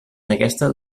aquesta